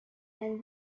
and